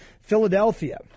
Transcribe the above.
Philadelphia